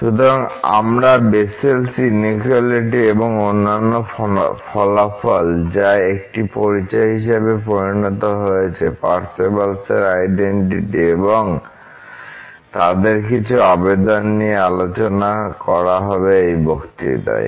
সুতরাং আমরা বেসেলের ইনইকুয়ালিটি এবং অন্যান্য ফলাফল যা একটি পরিচয় হিসাবে পরিণত হয়েছে পার্সেভালের আইডেন্টিটি এবং তাদের কিছু আবেদন নিয়ে আলোচনা করা হবে এই বক্তৃতায়